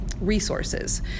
resources